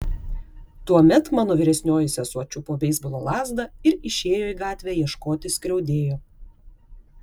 tuomet mano vyresnioji sesuo čiupo beisbolo lazdą ir išėjo į gatvę ieškoti skriaudėjo